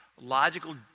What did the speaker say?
logical